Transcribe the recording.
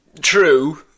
true